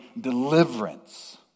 deliverance